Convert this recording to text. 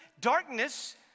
darkness